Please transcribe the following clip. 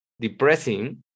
depressing